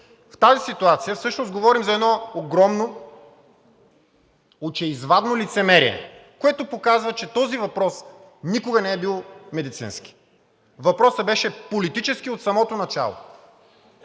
В тази ситуация всъщност говорим за едно огромно очеизвадно лицемерие, което показва, че този въпрос никога не е бил медицински. Въпросът беше политически от самото начало,